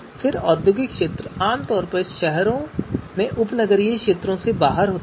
फिर औद्योगिक क्षेत्र आमतौर पर शहरों के उपनगरीय क्षेत्रों में शहर के बाहर होता है